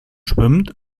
schwimmt